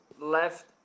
left